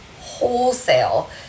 wholesale